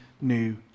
new